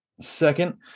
second